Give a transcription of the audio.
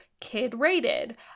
kid-rated